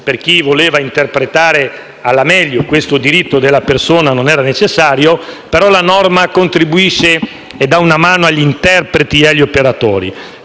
per chi voleva interpretare alla meglio questo diritto della persona, non era necessario, la norma contribuisce e dà una mano agli interpreti e agli operatori.